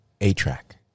A-track